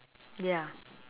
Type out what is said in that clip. ya